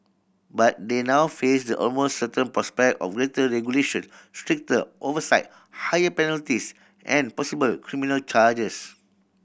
but they now face the almost certain prospect of greater regulation stricter oversight higher penalties and possible criminal charges